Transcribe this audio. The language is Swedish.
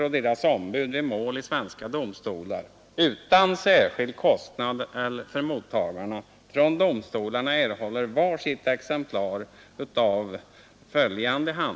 Jag vill i alla fall kommentera motionen något och ställa yrkande.